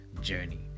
journey